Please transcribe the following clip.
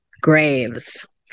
graves